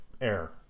air